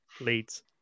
leads